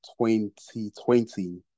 2020